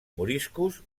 moriscos